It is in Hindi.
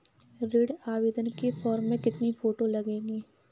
ऋण आवेदन के फॉर्म में कितनी फोटो लगेंगी?